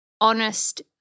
honest